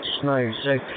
snow